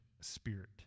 spirit